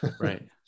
Right